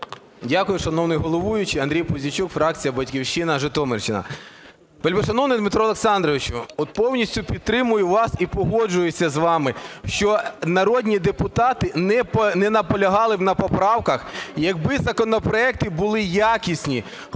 Дякую, шановний головуючий. Андрій Пузійчук, фракція "Батьківщина, Житомирщина. Вельмишановний Дмитре Олександровичу, повністю підтримую вас і погоджуюсь з вами, що народні депутати не наполягали б на поправках, якби законопроекти були якісні,